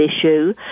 issue